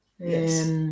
Yes